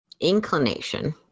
inclination